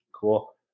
cool